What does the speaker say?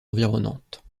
environnantes